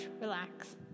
relax